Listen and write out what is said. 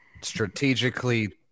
strategically